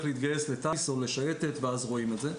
להתגייס לטייס או לשיירת ואז רואים את זה,